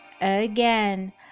again